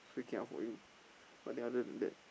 suay kia for you but then other than